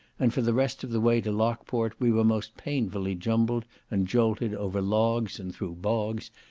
and for the rest of the way to lockport, we were most painfully jumbled and jolted over logs and through bogs,